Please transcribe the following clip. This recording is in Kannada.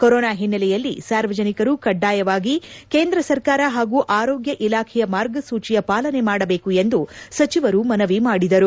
ಕೊರೊನಾ ಹಿನ್ನೆಲೆಯಲ್ಲಿ ಸಾರ್ವಜನಿಕರು ಕಡ್ಡಾಯವಾಗಿ ಕೇಂದ್ರ ಸರ್ಕಾರ ಹಾಗೂ ಆರೋಗ್ಯ ಇಲಾಖೆಯ ಮಾರ್ಗಸೂಚೆಯ ಪಾಲನೆ ಮಾಡಬೇಕು ಎಂದು ಸಚಿವರು ಮನವಿ ಮಾಡಿದರು